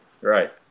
right